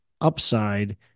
upside